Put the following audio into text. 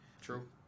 True